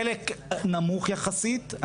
חלק נמוך יחסית,